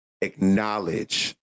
acknowledge